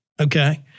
Okay